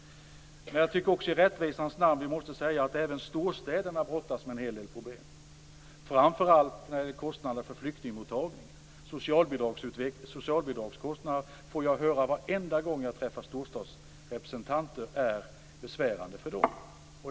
Men jag tycker att man i rättvisans namn måste säga att även storstäderna brottas med en hel del problem. Framför allt får jag höra detta om kostnaderna för flyktingmottagning och för socialbidrag. Varenda gång jag träffar storstadsrepresentanter får jag höra att dessa kostnader är besvärande för dem.